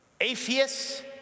atheists